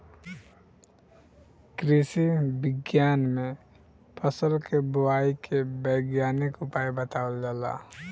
कृषि विज्ञान में फसल के बोआई के वैज्ञानिक उपाय बतावल जाला